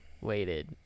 waited